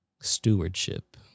Stewardship